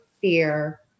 fear